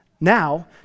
now